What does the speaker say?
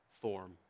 form